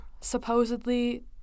supposedly